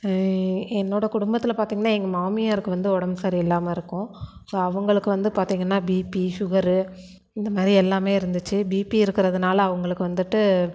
என்னோடய குடும்பத்தில் பார்த்திங்கன்னா எங்கள் மாமியாருக்கு வந்து உடம்பு சரியில்லாமல் இருக்கும் ஸோ அவங்களுக்கு வந்து பார்த்திங்கன்னா பிபி ஷுகரு இந்தமாதிரி எல்லாமே இருந்துச்சு பிபி இருக்கிறதுனால அவங்களுக்கு வந்துட்டு